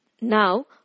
Now